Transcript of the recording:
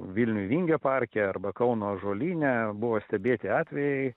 vilniuj vingio parke arba kauno ąžuolyne buvo stebėti atvejai